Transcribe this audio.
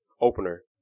opener